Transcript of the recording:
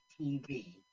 TV